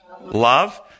Love